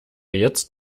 jetzt